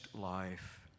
life